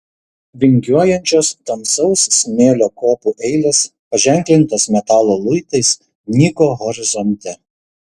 vingiuojančios tamsaus smėlio kopų eilės paženklintos metalo luitais nyko horizonte